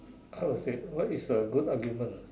how to say what is a good argument